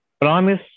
promise